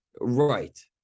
Right